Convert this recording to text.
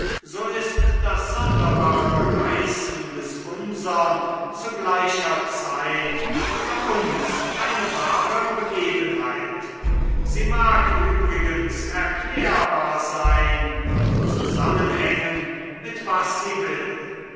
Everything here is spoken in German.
so ist das sonderbare reißen des unsern zu gleicher zeit für uns eine wahre begebenheit sie mag übrigens erklärbar sein und zusammenhängen mit was sie will